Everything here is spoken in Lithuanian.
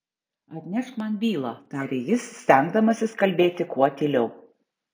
atnešk man bylą tarė jis stengdamasis kalbėti kuo tyliau